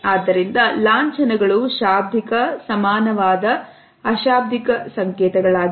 ಆದ್ದರಿಂದ ಲಾಂಛನಗಳು ಶಾಬ್ದಿಕ ಸಮಾನವಾದ ಅಶಾಬ್ದಿಕ ಸಂಕೇತಗಳಾಗಿವೆ